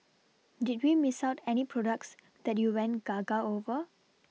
did we Miss out any products that you went Gaga over